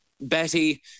Betty